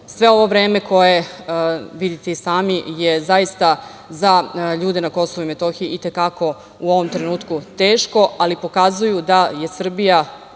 sve ovo vreme, koje vidite i sami, je zaista za ljude na Kosovu i Metohiji i te kako u ovom trenutku teško, ali pokazuju da je Srbija